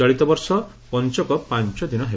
ଚଳିତବର୍ଷ ପଞ୍ଚକ ପାଞ୍ଚଦିନ ହେବ